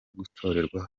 gutorerwa